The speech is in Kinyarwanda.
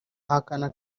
ahakana